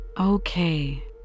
Okay